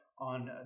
on